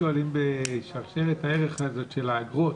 לגבי שרשרת הערך הזאת של האגרות,